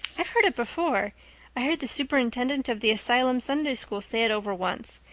i've heard it before i heard the superintendent of the asylum sunday school say it over once.